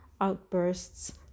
outbursts